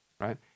right